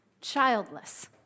childless